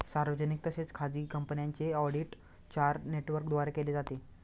सार्वजनिक तसेच खाजगी कंपन्यांचे ऑडिट चार नेटवर्कद्वारे केले जाते